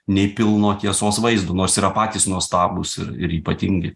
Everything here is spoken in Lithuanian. nei pilno tiesos vaizdo nors yra patys nuostabūs ir ypatingi